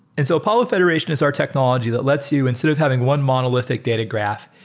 and so apollo federation is our technology that lets you instead of having one monolithic data graph,